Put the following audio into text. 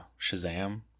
Shazam